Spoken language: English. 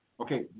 Okay